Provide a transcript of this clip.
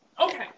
Okay